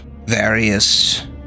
various